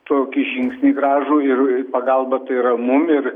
tokį žingsnį gražų ir į pagalbą tai yra mum ir